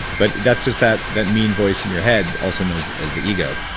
but that's just that that mean voice in your head, also known as as the ego,